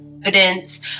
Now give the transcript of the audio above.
evidence